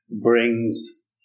brings